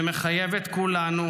זה מחייב את כולנו,